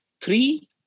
three